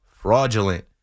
Fraudulent